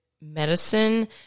medicine